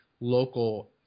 local